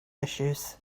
issues